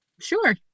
Sure